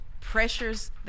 pressures